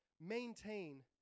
Maintain